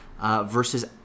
versus